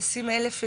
לשים אלף עיניים,